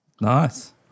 Nice